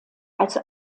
als